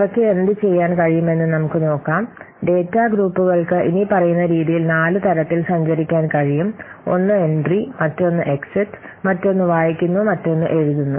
ഇവയ്ക്ക് എന്ത് ചെയ്യാൻ കഴിയും എന്ന് നമുക്ക് നോക്കാം ഡാറ്റാ ഗ്രൂപ്പുകൾക്ക് ഇനിപ്പറയുന്ന രീതിയിൽ നാല് തരത്തിൽ സഞ്ചരിക്കാൻ കഴിയും ഒന്ന് എൻട്രി മറ്റൊന്ന് എക്സ്ഇറ്റ് മറ്റൊന്ന് വായിക്കുന്നു മറ്റൊന്ന് എഴുതുന്നു